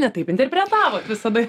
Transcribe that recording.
ne taip interpretavo visada